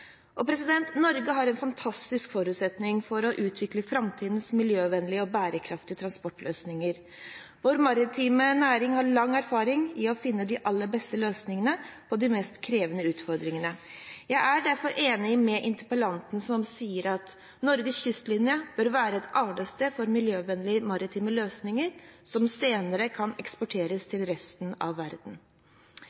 Norge har fantastiske forutsetninger for å utvikle framtidens miljøvennlige og bærekraftige transportløsninger. Vår maritime næring har lang erfaring med å finne de aller beste løsningene på de mest krevende utfordringene. Jeg er derfor enig med interpellanten, som sier at Norges kystlinje bør være et arnested for miljøvennlige maritime løsninger som senere kan eksporteres